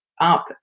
up